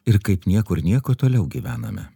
ir kaip niekur nieko toliau gyvename